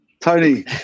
Tony